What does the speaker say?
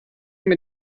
mir